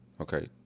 Okay